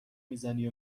میزنی